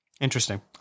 interesting